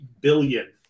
billion